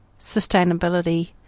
sustainability